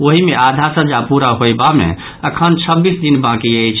ओहि मे आधा सजा पूरा होयबा मे अखन छब्बीस दिन बाकि अछि